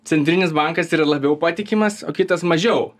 centrinis bankas yra labiau patikimas o kitas mažiau